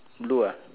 blue uh